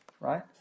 right